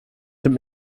dem